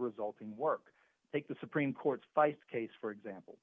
resulting work take the supreme court fights case for example